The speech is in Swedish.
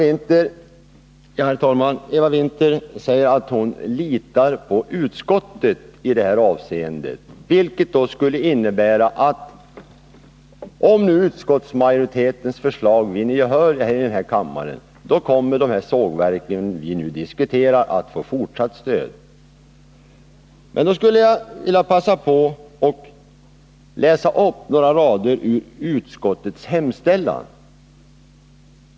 Herr talman! Eva Winther säger att hon litar på utskottet i det här avseendet. Det skulle innebära att om utskottsmajoritetens förslag nu vinner gehör i kammaren, så kommer de sågverk som vi nu diskuterar att få fortsatt stöd. Jag vill passa på att läsa upp några rader ur utskottets hemställan.